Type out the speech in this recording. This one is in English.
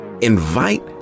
Invite